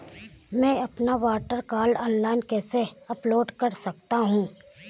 मैं अपना voter card online कैसे अपलोड कर सकता हूँ?